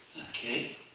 Okay